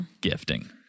gifting